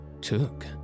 took